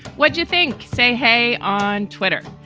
what do you think? say, hey, on twitter,